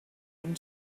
and